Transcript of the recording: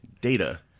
Data